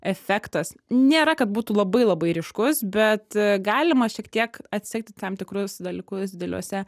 efektas nėra kad būtų labai labai ryškus bet galima šiek tiek atsekti tam tikrus dalykus dideliuose